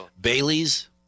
Bailey's